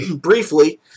briefly